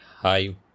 Hi